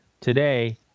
Today